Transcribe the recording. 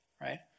right